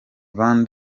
van